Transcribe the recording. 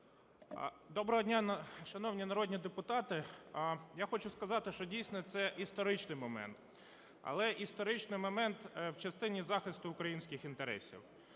Доброго дня, шановні народні депутати! Я хочу сказати, що, дійсно, це історичний момент, але історичний момент в частині захисту українських інтересів.